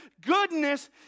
goodness